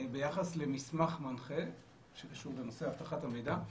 ביחס למסמך מנחה שקשור בנושא אבטחת המידע,